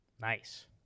Nice